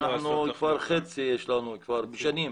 כבר שנים יש אצלנו חצי תאורת לדים.